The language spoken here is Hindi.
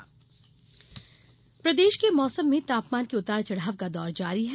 मौसम प्रदेश के मौसम में तापमान के उतार चढ़ाव का दौर जारी है